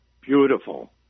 Beautiful